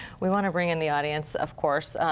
we want to bring in the audience, of course.